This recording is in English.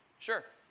sure.